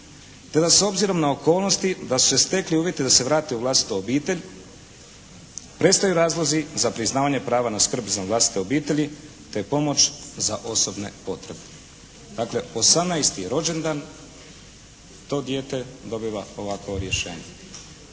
te da s obzirom na okolnosti da su se stekli uvjeti da se vrate u vlastitu obitelj prestaju razlozi za priznavanje prava na skrb izvan vlastite obitelji te pomoć za osobne potrebe. Dakle, 18. je rođendan, to dijete dobiva ovakvo rješenje.